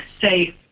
safe